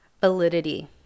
validity